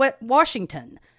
Washington